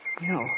No